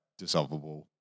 dissolvable